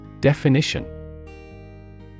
Definition